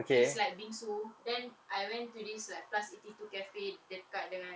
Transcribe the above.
it's like bingsoo then I went to this like plus eighty two cafe dekat dengan